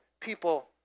people